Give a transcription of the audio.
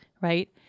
right